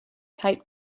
type